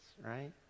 right